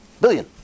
Billion